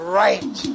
right